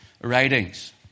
writings